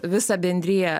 visą bendriją